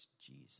Jesus